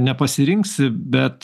nepasirinksi bet